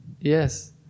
Yes